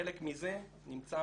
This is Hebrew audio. חלק מזה נמצא